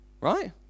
Right